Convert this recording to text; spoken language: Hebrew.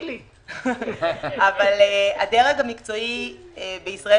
הדרג המקצועי בישראל